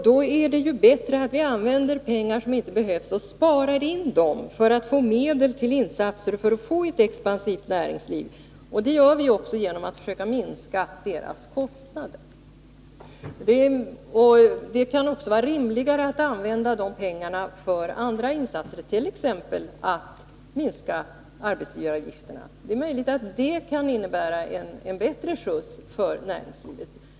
Det är ju bättre att vi sparar in de pengar som inte behövs, så att vi får medel till insatser som kan åstadkomma ett expansivt näringsliv. Det gör vi också genom att försöka minska näringslivets kostnader. Det kan också vara rimligare att använda de pengarna för andra insatser, t.ex. till att minska arbetsgivaravgifterna. Det är möjligt att det kan innebära en bättre skjuts för näringslivet.